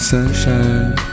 Sunshine